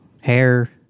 hair